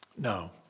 No